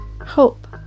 hope